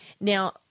Now